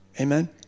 Amen